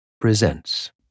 presents